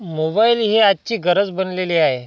mobile ही आजची गरज बनलेली आहे